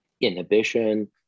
Inhibition